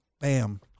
bam